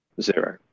zero